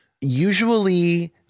usually